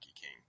king